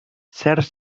certs